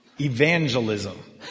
evangelism